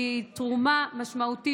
היא תרומה משמעותית,